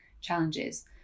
challenges